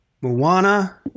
Moana